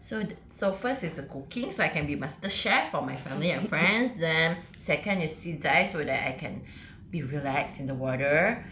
so th~ so first is the cooking so I can be master chef for my family and friends then second is sea dive so that I can be relaxed in the water